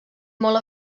molt